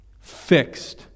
fixed